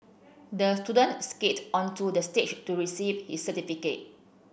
the student skated onto the stage to receive his certificate